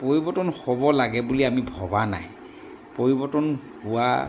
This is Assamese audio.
পৰিৱৰ্তন হ'ব লাগে বুলি আমি ভবা নাই পৰিৱৰ্তন হোৱা